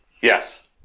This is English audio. Yes